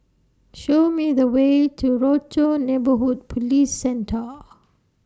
Show Me The Way to Rochor Neighborhood Police Centre